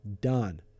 done